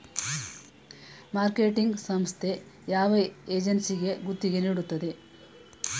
Marketing ಸಂಸ್ಥೆ ಯಾವ ಏಜೆನ್ಸಿಗೆ ಗುತ್ತಿಗೆ ನೀಡುತ್ತದೆ?